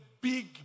big